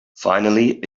finally